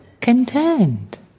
Content